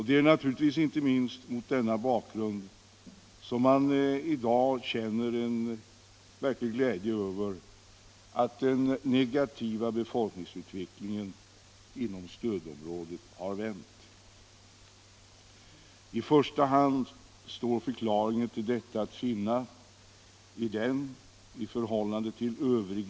Det är naturligtvis inte minst mot denna bakgrund som man i dag känner en verklig glädje över att den negativa befolkningsutvecklingen inom stödområdet har vänt.